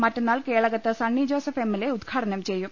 മറ്റന്നാൾ കേളകത്ത് Sunny Joseph M L A ഉദ്ഘാടനം ചെയ്യും